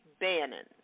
Bannon